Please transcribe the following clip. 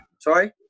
Sorry